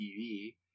TV